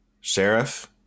Sheriff